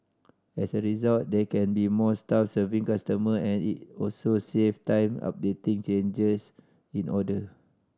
as a result there can be more staff serving customer and it also save time updating changes in order